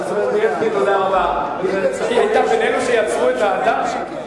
היא היתה בין אלה שיצרו את ההדר.